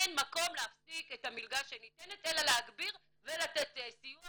אין מקום להפסיק את המלגה שניתנת אלא להגביר ולתת סיוע